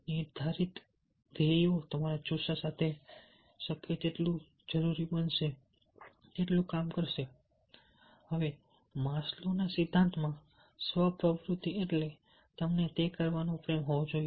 નિર્ધારિત ધ્યેયો તમારા જુસ્સા સાથે શક્ય તેટલું જ જરૂરી છે માસ્લોના સિદ્ધાંતમાં સ્વ પ્રવૃત્તિએટલે કે તમને તે કરવાનો પ્રેમ હોવો જોઈએ